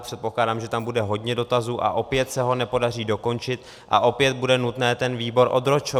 Předpokládám, že tam bude hodně dotazů, a opět se ho nepodaří dokončit a opět bude nutné ten výbor odročovat.